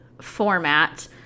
format